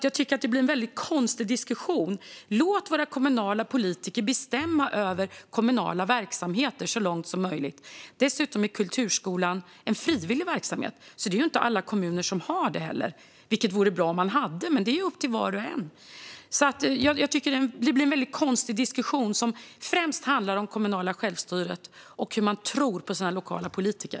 Jag tycker alltså att det blir en konstig diskussion. Låt våra kommunala politiker bestämma över kommunala verksamheter så långt som möjligt! Dessutom är kulturskolan en frivillig verksamhet, så det är inte alla kommuner som har en. Det vore bra om alla kommuner hade det, men det är upp till varje kommun. Jag tycker alltså att det blir en konstig diskussion. Främst handlar den om det kommunala självstyret och om man tror på sina lokala politiker.